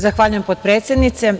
Zahvaljujem, potpredsednice.